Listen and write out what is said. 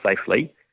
safely